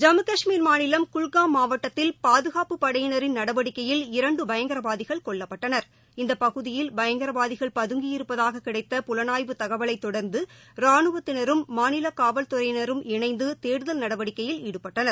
ஜம்மு கஷ்மீர் மாநிலம் குல்காம் மாவட்டத்தில் பாதுகாப்புப் படையினரின் நடவடிக்கையில் இரண்டுபயங்கரவாதிகள் கொல்லப்பட்டனர் இந்தபகுதியில் பயங்கரவாதிகள் பதங்கி இருப்பதாகக் கிடைத்த புலனாய்வு தகவலைத் தொடர்ந்தராணுவத்தினரும் மாநிலகாவல்துறையினரும் இணைந்துதேடுதல் நடவடிக்கையில் ஈடுபட்டனர்